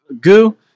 goo